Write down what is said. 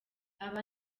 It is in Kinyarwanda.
aba